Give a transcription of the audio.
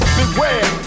Beware